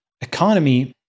economy